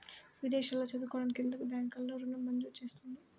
విదేశాల్లో చదువుకోవడానికి ఎందుకు బ్యాంక్లలో ఋణం మంజూరు చేస్తుంది?